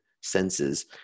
senses